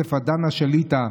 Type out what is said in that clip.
יוסף הדנה שליט"א,